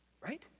Right